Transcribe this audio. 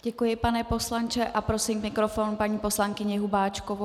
Děkuji, pane poslanče, a prosím k mikrofonu paní poslankyni Hubáčkovou.